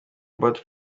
about